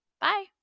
Bye